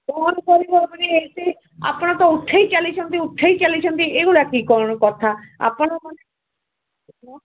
ବହୁତ କହିବା ପରେ ଏତେ ଆପଣ ତ ଉଠେଇ ଚାଲିଛନ୍ତି ଉଠେଇ ଚାଲିଛନ୍ତି ଏଗୁଡ଼ା କି କଣ କଥା ଆପଣ